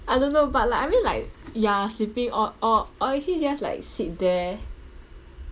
I don't know but like I mean like ya sleeping or or or actually just like sit there